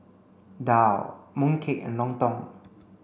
Daal Mooncake and Lontong